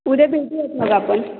उद्या भेटूयात मग आपण